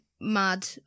mad